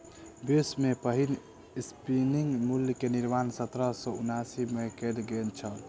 विश्व में पहिल स्पिनिंग म्यूल के निर्माण सत्रह सौ उनासी में कयल गेल छल